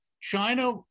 China